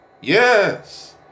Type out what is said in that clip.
Yes